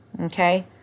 okay